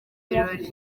birori